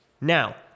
Now